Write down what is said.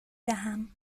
دهم